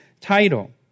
title